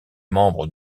membres